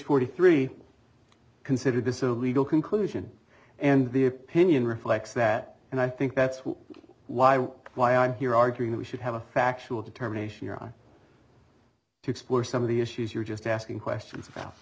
forty three consider this a legal conclusion and the opinion reflects that and i think that's what why i'm here arguing that we should have a factual determination to explore some of the issues you're just asking questions about